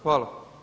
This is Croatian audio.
Hvala.